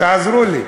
תעזרו לי.